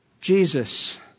Jesus